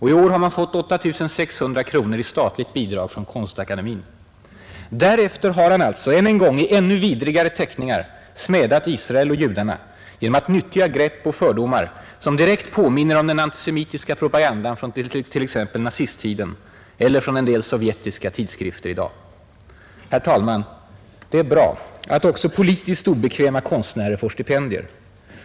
I år har man fått 8 600 kronor i statligt bidrag från Konstakademien. Därefter har han alltså än en gång i ännu vidrigare teckningar smädat Israel och judarna genom att nyttja grepp och fördomar som direkt påminner om den antisemitiska propagandan från t.ex. nazisttiden och från en del sovjetiska tidskrifter i dag. Det är bra att också politiskt obekväma konstnärer får stipendier.